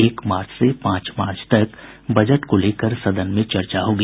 एक मार्च से पांच मार्च तक बजट को लेकर सदन में चर्चा होगी